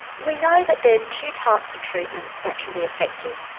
we know that there's two types of treatment that can be effective.